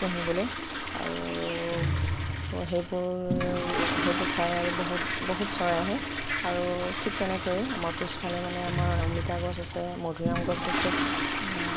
চুহিবলে আৰু সেইবোৰ সেইবোৰ খাই আৰু বহুত বহুত চৰাই আহে আৰু ঠিক তেনেকৈ আমাৰ পিছফালে মানে আমাৰ অমিতা গছ আছে মধুৰীআম গছ আছে